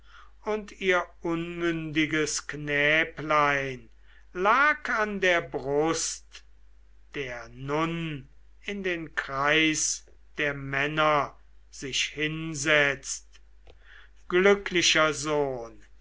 und ihr unmündiges knäblein lag an der brust der nun in den kreis der männer sich hinsetzt glücklicher sohn